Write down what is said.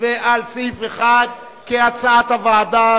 ועל סעיף 1, כהצעת הוועדה.